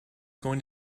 going